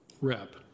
rep